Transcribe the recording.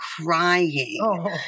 crying